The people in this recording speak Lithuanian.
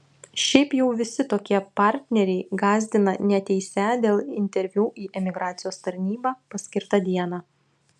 šiaip jau visi tokie partneriai gąsdina neateisią dėl interviu į emigracijos tarnybą paskirtą dieną